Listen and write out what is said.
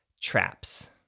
Traps